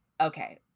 okay